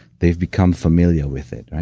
they've become familiar with it.